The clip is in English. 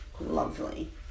lovely